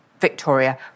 Victoria